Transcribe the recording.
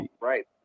right